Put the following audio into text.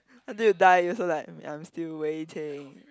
until you die you still like um I'm still waiting